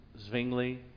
Zwingli